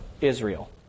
Israel